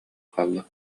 хаалла